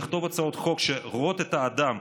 לכתוב הצעות חוק שרואות את האדם,